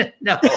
No